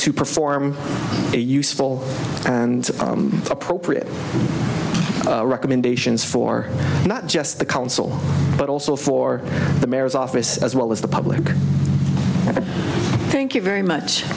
to perform a useful and appropriate recommendations for not just the council but also for the mayor's office as well as the public thank you very much